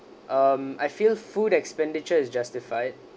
um I feel food expenditure is justified